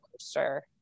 coaster